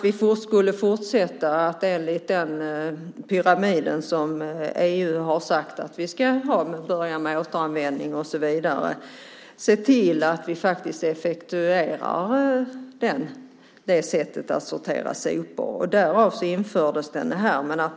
Vi skulle fortsätta att enligt den pyramid som EU har sagt att vi ska ha med återanvändning och så vidare se till att vi effektuerar det sättet att sortera sopor. Därför infördes denna skatt.